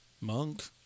Monk